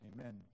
Amen